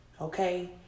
okay